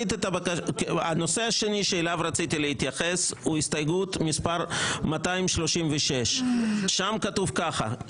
הנושא השני אליו רציתי להתייחס הוא הסתייגות מספר 236. תוספת